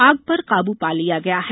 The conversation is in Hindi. आग पर काबू पा लिया गया है